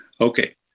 Okay